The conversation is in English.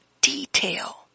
detail